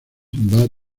bad